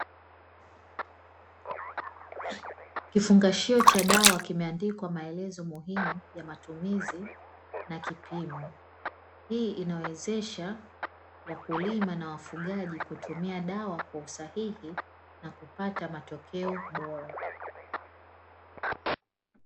Kifungashio cha dawa kimeandikwa maelezo muhimu ya matumizi na kipimo. Hii inawezesha wakulima na wafugaji kutumia dawa kwa usahihi na kupata matokeo bora.